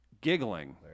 giggling